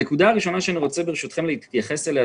הנקודה הראשונה שאני רוצה להתייחס אליה,